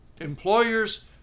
employers